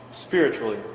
spiritually